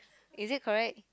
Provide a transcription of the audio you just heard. is it correct